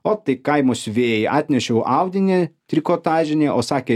o tai kaimo siuvėjai atnešiau audinį trikotažinį o sakė